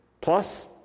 plus